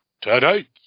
Tonight